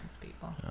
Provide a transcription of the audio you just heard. people